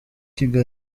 kigali